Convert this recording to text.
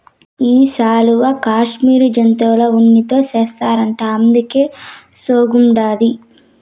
ఈ శాలువా కాశ్మీరు జంతువుల ఉన్నితో చేస్తారట అందుకే సోగ్గుండాది